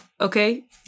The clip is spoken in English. Okay